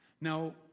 Now